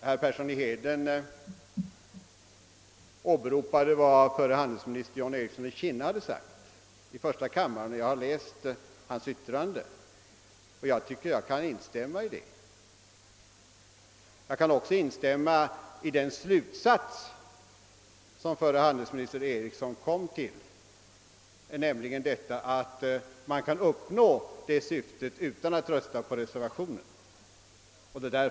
Herr Persson i Heden återgav vad förre handelsministern Ericsson i Kinna sagt i första kammaren, och det har jag läst i protokollet och ansett mig kunna instämma i. Jag kan också instämma i den slutsats som förre handelsminister Ericsson kom till, nämligen att man kan uppnå det önskade målet utan att rösta på reservationen. Herr talman!